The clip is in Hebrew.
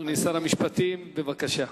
אדוני שר המשפטים, בבקשה.